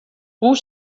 hoe